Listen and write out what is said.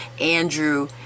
Andrew